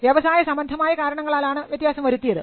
വ്യവസായ സംബന്ധമായ കാരണങ്ങളാലാണ് വ്യത്യാസം വരുത്തിയത്